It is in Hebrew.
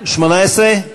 18?